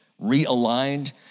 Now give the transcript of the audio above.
realigned